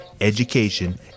education